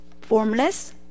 formless